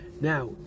Now